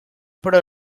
però